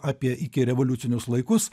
apie ikirevoliucinius laikus